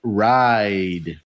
ride